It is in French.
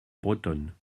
bretonne